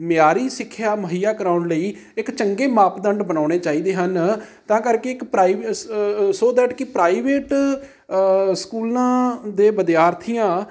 ਮਿਆਰੀ ਸਿੱਖਿਆ ਮੁਹੱਈਆ ਕਰਵਾਉਣ ਲਈ ਇੱਕ ਚੰਗੇ ਮਾਪਦੰਡ ਬਣਾਉਣੇ ਚਾਹੀਦੇ ਹਨ ਤਾਂ ਕਰਕੇ ਇੱਕ ਸੋ ਦੈਟ ਕਿ ਪ੍ਰਾਈਵੇਟ ਸਕੂਲਾਂ ਦੇ ਵਿਦਿਆਰਥੀਆਂ